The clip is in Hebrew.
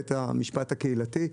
בית המשפט הקהילתי.